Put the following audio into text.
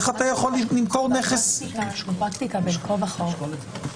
זאת הפרקטיקה בין כה וכה.